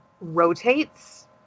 rotates